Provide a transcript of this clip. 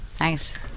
nice